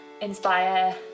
inspire